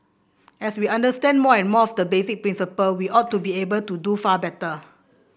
as we understand more and more of the basic principles we ought to be able to do far better